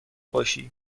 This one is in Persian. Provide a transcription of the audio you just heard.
باشی